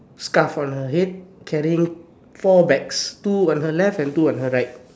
scarf on the head caring four bags two on her left and two on her right